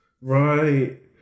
Right